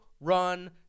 run